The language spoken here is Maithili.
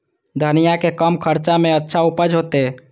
धनिया के कम खर्चा में अच्छा उपज होते?